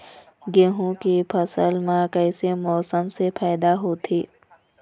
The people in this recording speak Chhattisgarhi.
गेहूं के फसल म कइसे मौसम से फायदा होथे?